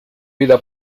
vida